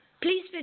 Please